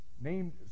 named